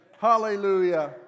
Hallelujah